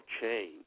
change